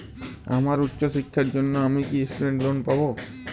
আমার উচ্চ শিক্ষার জন্য আমি কি স্টুডেন্ট লোন পাবো